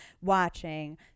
watching